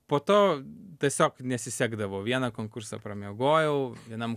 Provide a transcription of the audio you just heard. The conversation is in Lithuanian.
po to tiesiog nesisekdavo vieną konkursą pramiegojau vienam